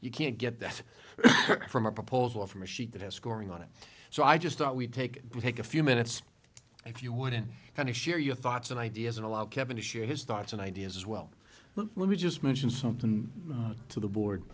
you can't get that from a proposal from a sheet that has scoring on it so i just thought we'd take you take a few minutes if you would in kind of share your thoughts and ideas and allow kevin to share his thoughts and ideas as well let me just mention something to the board